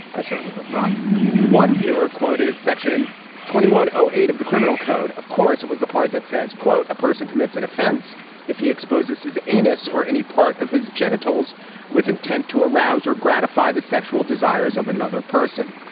i certainly hope not one viewer quoted section twenty one zero eight of the criminal code. of course, it was the part that says, quote, a person commits an offence if he exposes his anus or any part of his genitals with intent to arouse or gratify the sexual desires of another person.